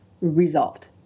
resolved